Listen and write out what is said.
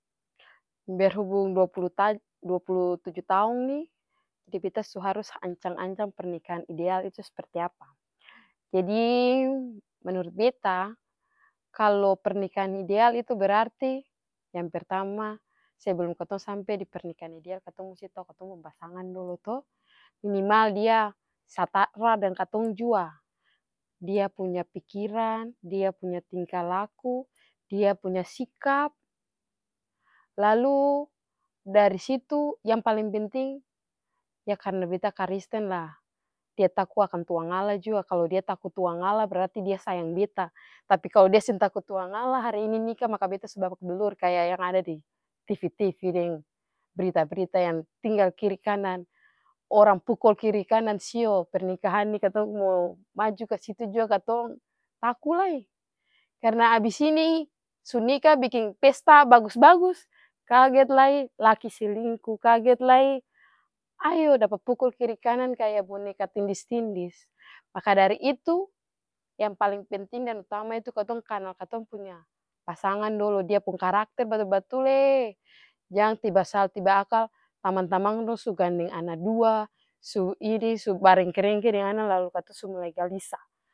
Berhubung dua pulu ta- dua pulu tuju taong ini, jadi beta su harus ancang-ancang pernikahan ideal itu seperti apa. Jadi menurut beta kalu pernikahan ideal itu berarti yang pertama sebelum katong sampe dipernikahan ideal katong musti tau katong pung pasangan dolo to minimal dia deng katong jua dia punya pikiran, dia punya tingkalaku, dia punya sikap, lalu dari situ yang paleng penting ya karna beta karesten lah dia taku akang tuangala jua kalu dia taku tuangalla berarti dia sayang beta, tapi kalu dia seng taku tuangalla hari ini nika maka beta su babak belur kaya ada di tv tv deng berita-berita yang tinggal kiri-kanan orang pukul kiri-kanan sio pernikahan nih katong mo maju kasitu jua katong taku lai, karna abis ini su nikah biking pesta bagus-bagus kagel lai laki selingku, kaget lai ayo dapa pukul kiri-kanan kaya boneka tindis-tindis. Maka dari itu yang paleng penting dan utama itu katong kanal katong punya pasangan dolo dia pung karakter batul-batule jang tiba saat tiba akal tamang-tamang dong su gandeng ana dua, su ini su barengke-rengke deng ana lalu katong su mulai galisa.